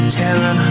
terror